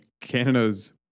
Canada's